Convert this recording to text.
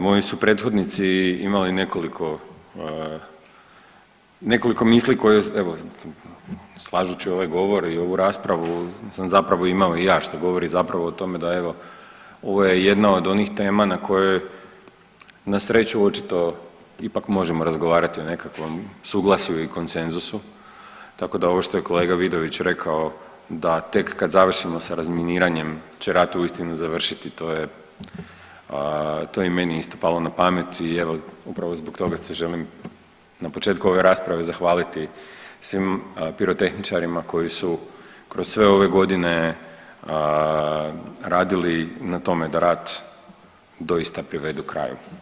Moji su prethodnici imali nekoliko, nekoliko misli koje evo slažući ovaj govor i ovu raspravu sam zapravo imao i ja što govori zapravo o tome da evo ovo je jedna od onih tema na kojoj na sreću očito ipak možemo razgovarati o nekakvom suglasju i konsenzusu tako da ovo što je kolega Vidović rekao da tek kad završimo sa razminiranjem će rat uistinu završiti, to je, to je i meni isto palo na pamet i evo upravo zbog toga se želim na početku ove rasprave zahvaliti svim pirotehničarima koji su kroz sve ove godine radili na tome da rat doista privedu kraju.